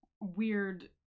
weird